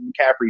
McCaffrey